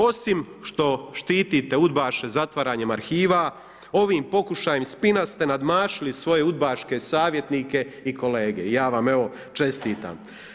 Osim što štitite udbaše zatvaranjem arhiva, ovim pokušajem spina ste nadmašili svoje udbaške savjetnike i kolege i ja vam evo čestitam.